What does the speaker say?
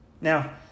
Now